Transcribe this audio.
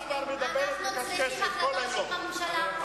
אנחנו צריכים החלטות בממשלה.